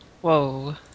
Whoa